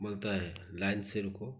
बोलते हैं लाइन से रुको